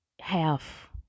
half